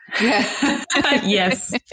Yes